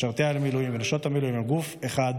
משרתי המילואים ונשות המילואים הם גוף אחד,